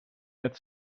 het